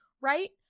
right